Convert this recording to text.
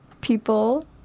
people